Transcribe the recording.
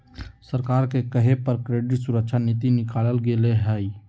सरकारे के कहे पर क्रेडिट सुरक्षा नीति निकालल गेलई ह